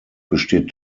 besteht